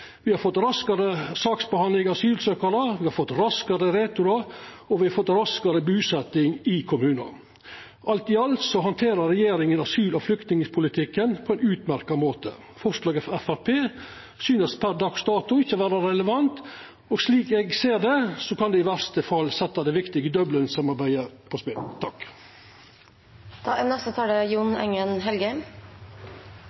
har fått raskare saksbehandling av asylsøkjarar, me har fått raskare returar, og me har fått raskare busetjing i kommunane. Alt i alt handterer regjeringa asyl- og flyktningpolitikken på ein utmerkt måte. Forslaget frå Framstegspartiet synest per dags dato ikkje å vera relevant, og slik eg ser det, kan det i verste fall setja det viktige Dublin-samarbeidet på spel.